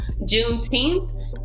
Juneteenth